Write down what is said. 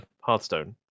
Hearthstone